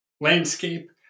landscape